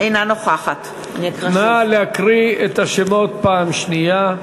אינה נוכחת נא להקריא את השמות פעם שנייה.